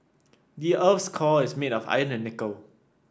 the earth's core is made of iron and nickel